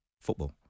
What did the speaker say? football